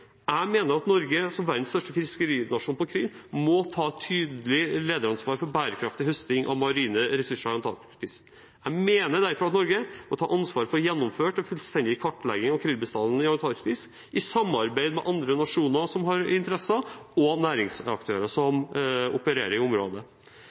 Jeg mener at Norge, som verdens største fiskerinasjon når det gjelder krill, må ta et tydelig lederansvar for bærekraftig høsting av marine ressurser i Antarktis. Jeg mener derfor at Norge må ta ansvar for å få gjennomført en fullstendig kartlegging av krillbestanden i Antarktis, i samarbeid med andre nasjoner som har interesser og næringsaktører som